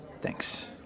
Thanks